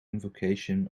invocation